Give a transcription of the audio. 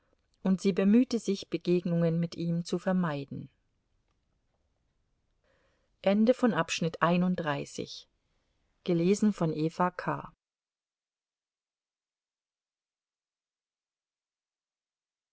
und sie bemühte sich begegnungen mit ihm zu vermeiden